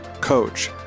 coach